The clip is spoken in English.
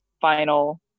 final